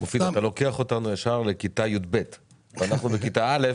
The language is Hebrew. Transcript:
אתה לוקח אותנו ישר לכיתה י"ב ואנחנו בכיתה א'.